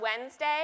Wednesday